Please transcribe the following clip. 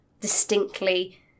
distinctly